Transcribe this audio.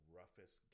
roughest